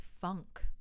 funk